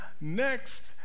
next